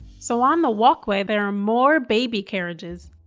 so on the walkway there are more baby carriages.